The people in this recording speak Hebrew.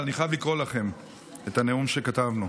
אבל אני חייב לקרוא לכם את הנאום שכתבנו.